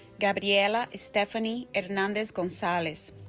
gabriela stephany hernandez gonzalez